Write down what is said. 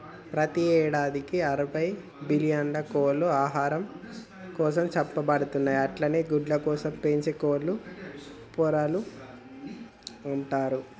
ప్రతి యేడాదికి అరవై బిల్లియన్ల కోళ్లు ఆహారం కోసం చంపబడుతున్నయి అట్లనే గుడ్లకోసం పెంచే కోళ్లను పొరలు అంటరు